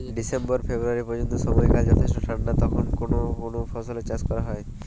December ফেব্রুয়ারি পর্যন্ত সময়কাল যথেষ্ট ঠান্ডা তখন কোন কোন ফসলের চাষ করা হয়?